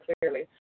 clearly